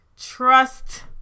Trust